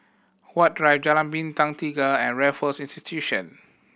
Huat Drive Jalan Bintang Tiga and Raffles Institution